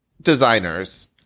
designers